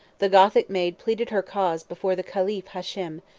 the gothic maid pleaded her cause before the caliph hashem,